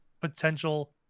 potential